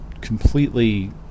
completely